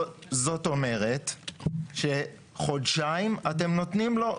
זאת אומרת שהממשלה נותנת לו חודשיים.